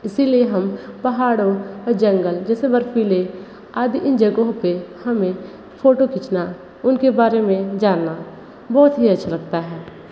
इसलिए हम पहाड़ों जंगल जैसे बर्फ़ीले आदि इन जगहों पे हमें फ़ोटो खींचना उनके बारे में जानना बहुत ही अच्छा लगता है